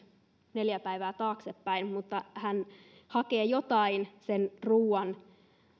neljä päivää taaksepäin hän hakee jotain sen ruoan